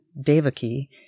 Devaki